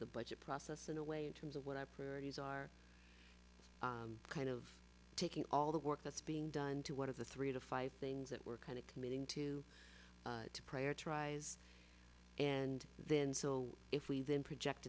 of the budget process in a way in terms of what our priorities are kind of taking all the work that's being done to one of the three to five things that we're kind of committing to to prior tries and then so if we then